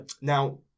Now